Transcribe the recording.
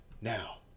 Now